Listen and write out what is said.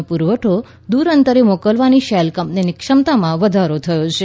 નો પુરવઠો દૂર અંતરે મોકલવાની શેલ કંપનીની ક્ષમતામાં વધારો થયો છે